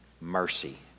mercy